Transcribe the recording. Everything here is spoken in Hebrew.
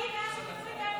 התשפ"ג 2023,